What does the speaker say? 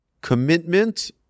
commitment